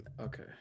Okay